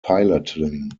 piloting